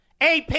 AP